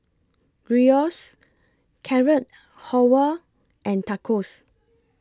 Gyros Carrot Halwa and Tacos